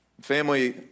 Family